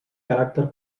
caràcter